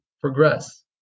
progress